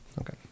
Okay